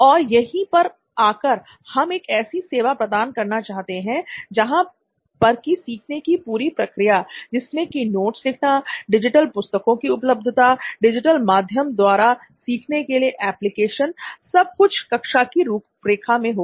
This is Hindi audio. और यहीं पर आकर हम एक ऐसी सेवा प्रदान करना चाहते हैं जहां पर की सीखने की पूरी प्रक्रिया जिसमें की नोट्स लिखना डिजिटल पुस्तकों की उपलब्धता डिजिटल माध्यम द्वारा सीखने के लिए एप्लीकेशन सब कुछ कक्षा की रूपरेखा में होगा